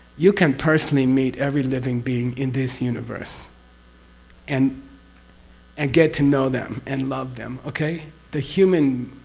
you can personally meet every living being in this universe and and get to know them and love them, okay? the human